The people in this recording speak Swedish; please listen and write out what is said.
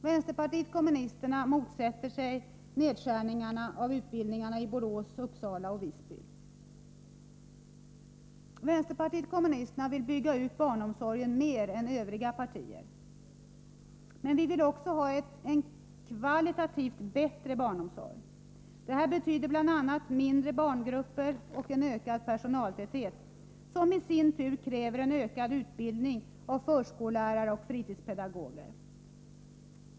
Vänsterpartiet kommunisterna motsätter sig nedskärningar av utbildningarna i Borås, Uppsala och Visby. Vpk vill bygga ut barnomsorgen mer än övriga partier. Men vi vill också ha en kvalitativt bättre barnomsorg. Detta betyder bl.a. mindre barngrupper och en ökad personaltäthet, som i sin tur kräver ökad utbildning av förskollärare och fritidspedagoger.